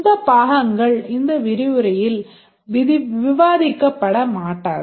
இந்த பாகங்கள் இந்த விரிவுரையில் விவாதிக்கப் பட மாட்டாது